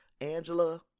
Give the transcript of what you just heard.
Angela